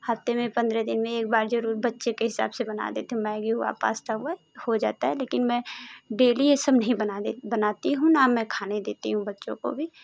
हफ़्ते में पंद्रह दिन में एक बार जरूर बच्चे के हिसाब से बना देती हूँ मैगी हुआ पास्ता हुआ हो जाता है लेकिन मैं डेली ये सब नहीं बना दे बनाती हूँ न मैं खाने देती हूँ बच्चों को भी